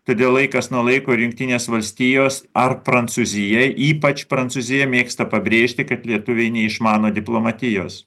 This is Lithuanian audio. todėl laikas nuo laiko ir jungtinės valstijos ar prancūzija ypač prancūzija mėgsta pabrėžti kad lietuviai neišmano diplomatijos